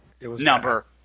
number